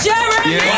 Jeremy